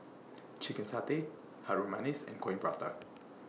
Chicken Satay Harum Manis and Coin Prata